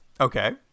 Okay